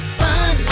fun